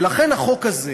ולכן החוק הזה,